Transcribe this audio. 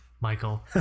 Michael